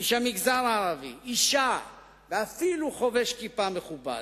איש המגזר הערבי, אשה ואפילו חובש כיפה מכובד.